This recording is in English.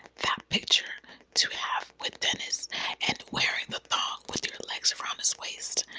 that picture to have with dennis and wearing the thong with your legs around his waist.